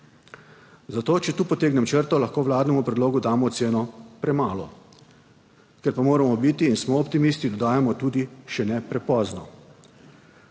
Zato, če tu potegnem črto, lahko vladnemu predlogu damo oceno premalo. Ker pa moramo biti in smo optimisti, dodajamo tudi, še ne prepozno.